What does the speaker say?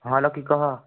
ହଁ ଲକି କହ